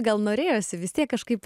gal norėjosi vis tiek kažkaip